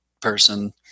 person